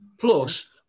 Plus